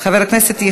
חבר הכנסת עמר בר-לב,